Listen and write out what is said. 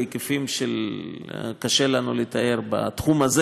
בהיקפים שקשה לנו לתאר בתחום הזה,